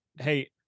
hey